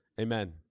Amen